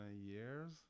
years